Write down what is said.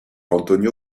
antonio